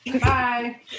Bye